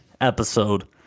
episode